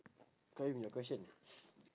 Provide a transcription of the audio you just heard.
qayyum your question